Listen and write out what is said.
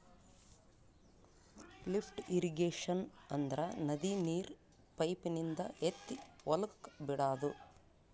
lift irrigation ಅಂದ್ರ ನದಿ ನೀರ್ ಪೈಪಿನಿಂದ ಎತ್ತಿ ಹೊಲಕ್ ಬಿಡಾದು